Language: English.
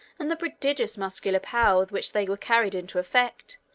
and the prodigious muscular power with which they were carried into effect,